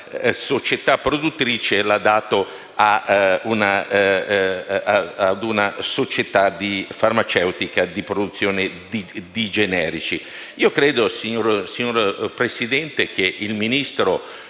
società produttrice lo ha dato ad una società farmaceutica che produce farmaci generici. Io credo, signor Presidente, che il Ministro